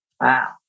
Wow